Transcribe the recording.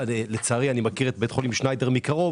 לצערי אני מכיר את בית החולים שניידר מקרוב